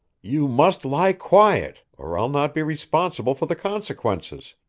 you must lie quiet, or i'll not be responsible for the consequences,